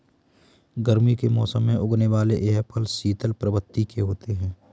गर्मी के मौसम में उगने वाले यह फल शीतल प्रवृत्ति के होते हैं